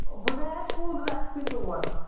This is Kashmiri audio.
بہٕ گٔیَس کُل رٮ۪تسٕے تور